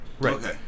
Right